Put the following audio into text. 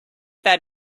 that